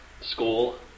school